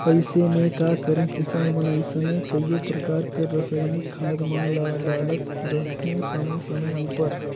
अइसे में का करें किसान मन अइसने कइयो परकार कर रसइनिक खाद मन ल डालत रहथें समे समे उपर